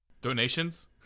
Donations